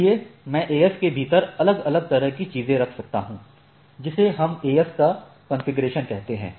इसलिए मैं AS के भीतर अलग अलग तरह की चीजें रख सकता हूं जिसे हम AS का एक कॉन्फ़िगरेशन कहते हैं